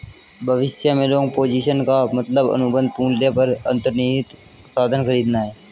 भविष्य में long position का मतलब अनुबंध मूल्य पर अंतर्निहित साधन खरीदना है